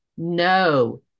No